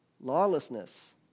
lawlessness